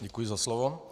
Děkuji za slovo.